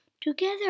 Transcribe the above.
together